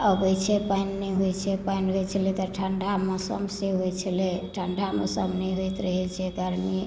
अबैत छै पानि नहि होइत छै पानि रहैत छलै तऽ ठण्डा मौसम से होइत छलै ठण्डा मौसम नहि होइत रहै छै गर्मी